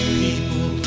people